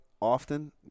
often